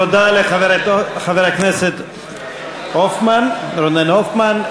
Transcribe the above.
תודה לחבר הכנסת רונן הופמן.